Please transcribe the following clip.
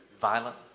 violent